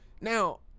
Now